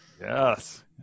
yes